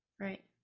right